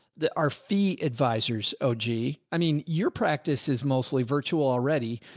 that are fee advisers. oh gee. i mean, your practice is mostly virtual already.